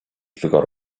forgot